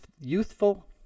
youthful